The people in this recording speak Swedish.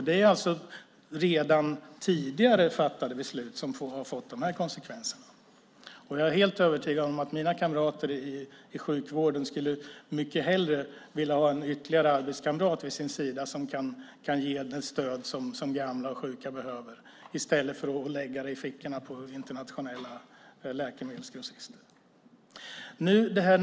Det är alltså redan tidigare fattade beslut som har fått de här konsekvenserna, och jag är helt övertygad om att mina kamrater i sjukvården mycket hellre skulle vilja ha ytterligare en arbetskamrat vid sin sida som kan ge det stöd som gamla och sjuka behöver än att lägga det i fickorna på internationella läkemedelsgrossister.